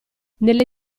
nelle